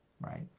right